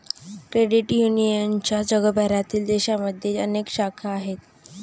credit युनियनच्या जगभरातील देशांमध्ये अनेक शाखा आहेत